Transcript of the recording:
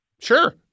Sure